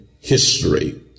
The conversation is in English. history